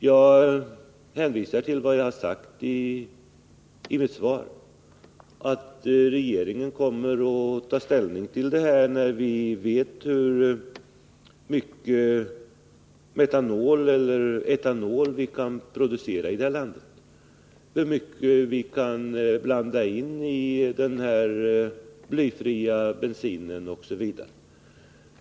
Jag hänvisar till vad jag har sagt i mitt svar — att regeringen kommer att ta ställning till det här när vi vet hur mycket metanol eller etanol vi kan producera i det här landet, hur mycket vi kan blanda in i blyfri bensin osv.